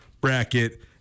Bracket